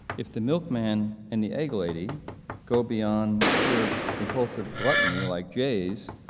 if the milkman and the egg lady go beyond sheer impulsive gluttony, like jays,